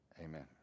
Amen